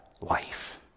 life